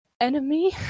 enemy